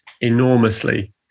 enormously